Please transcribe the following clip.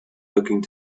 looking